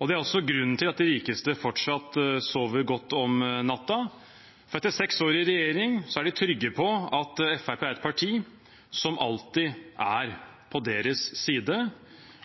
Det er også grunnen til at de rikeste fortsatt sover godt om natten. Etter seks år i regjering er de trygge på at Fremskrittspartiet er et parti som alltid er på deres side.